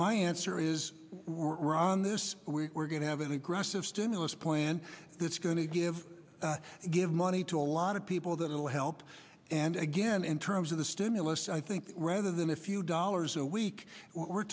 my answer is we're on this week we're going to have any aggressive stimulus plan that's going to give give money to a lot of people that it'll help and again in terms of the stimulus i think rather than a few dollars a week we're